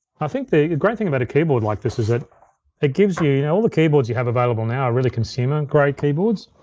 i think the great thing about a keyboard like this is that it gives you, you know all the keyboards you have available now are really consumer-grade keyboards.